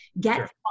get